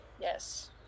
Yes